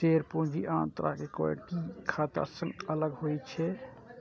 share पूंजी आन तरहक इक्विटी खाता सं अलग होइ छै